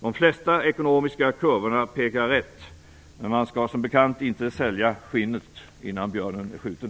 De flesta ekonomiska kurvor pekar rätt, men man skall som bekant inte sälja skinnet innan björnen är skjuten.